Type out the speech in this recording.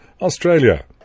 Australia